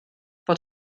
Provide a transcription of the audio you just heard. fod